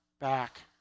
back